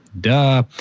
Duh